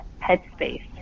headspace